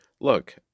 Look